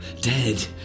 dead